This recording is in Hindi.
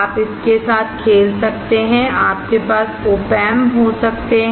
आप इसके साथ खेल सकते हैं आपके पास Op Amps हो सकते हैं